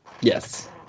yes